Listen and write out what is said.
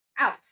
out